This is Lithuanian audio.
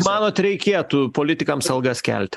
manot reikėtų politikams algas kelt